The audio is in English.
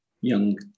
young